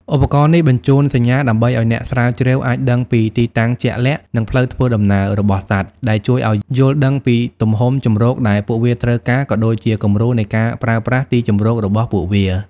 ឧបករណ៍នេះបញ្ជូនសញ្ញាដើម្បីឲ្យអ្នកស្រាវជ្រាវអាចដឹងពី ទីតាំងជាក់លាក់ និងផ្លូវធ្វើដំណើរ របស់សត្វ ដែលជួយឲ្យយល់ដឹងពីទំហំជម្រកដែលពួកវាត្រូវការ ក៏ដូចជាគំរូនៃការប្រើប្រាស់ទីជម្រករបស់ពួកវា។